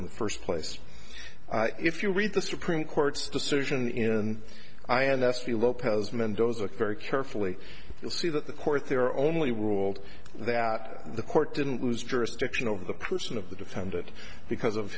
in the first place if you read the supreme court's decision in ins the lopez mendoza carry carefully you'll see that the court there are only ruled that the court didn't lose jurisdiction over the person of the defendant because of